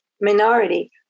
minority